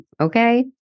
okay